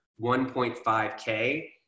1.5k